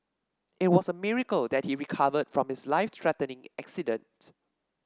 it was a miracle that he recovered from his life threatening accident